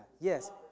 Yes